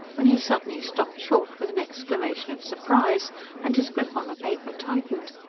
when he suddenly stopped short with an exclamation of surprise and his grip on the paper tightened.